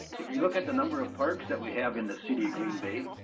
if we look at the number of parks that we have in the city of green bay,